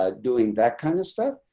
ah doing that kind of stuff,